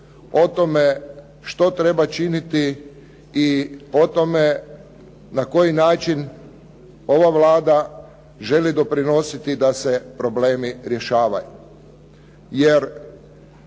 o tome što treba činiti i o tome na koji način ova Vlada želi doprinositi da se problemi rješavaju. Jer